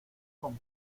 con